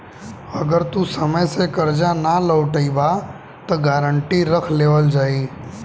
अगर तू समय से कर्जा ना लौटइबऽ त गारंटी रख लेवल जाई